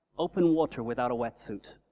open water, without a wetsuit,